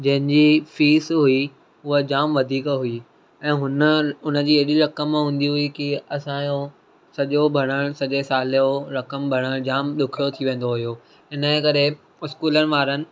जंहिंजी फ़ीस हुई उहा जाम वधीक हुई ऐं हुन हुन जी एॾी रकम हूंदी हुई की असांजो सॼो भरणु सॼे साल जो रकम भरणु जाम ॾुखियो थी वेंदो हुओ हिन जे करे स्कूलनि वारनि